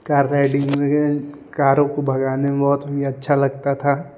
car riding में कारों को भगाने में बहुत ही अच्छा लगता था